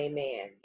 Amen